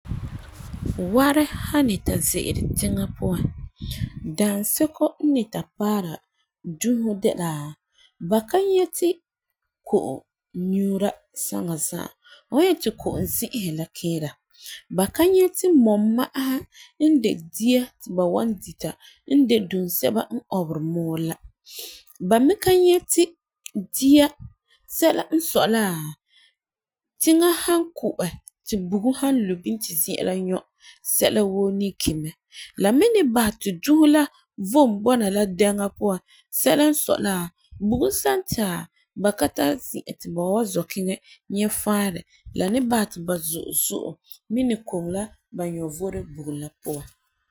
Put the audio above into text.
Warɛ han ni ta ze'ele tiŋa puan, daasɛko n ni ta paɛ dusi de la ba ka nyɛ ti ko'om nyuura saŋa za'a, hu wan nyɛ ti ko'om zi'an la kiira. Ba ka nyɛ ti mɔma'aha n de dia ti ba wan dita n de dunseba n ɔberi mɔɔrɔ la. Ba me ka nyɛti dia sɛla n sɔi la tiŋa ha ku'ɛ ti bugum han lu bini ti zi'an la nyɔ sɛla woo ni ki mɛ, la me ni bahɛ ti diisi la vom bɔna la dɛŋa puan sɛla n sɔi la, bugum san taa ba ka tari zi'an ti ba wan zɔ kiŋɛ ta nyɛ ta faarɛ la ni basɛ ti ba zo'e zo'e mi ni koŋɛ la nyɔvurɛ bugum la puan.